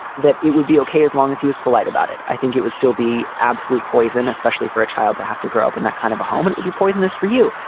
that it would be okay as long as he was polite about it. i think it would still be absolute poison, especially for a child to have to grow up in that kind of a home and be poisonous for you.